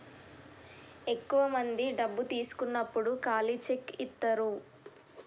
ఎక్కువ మంది డబ్బు తీసుకున్నప్పుడు ఖాళీ చెక్ ఇత్తారు